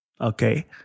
okay